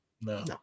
no